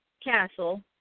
Castle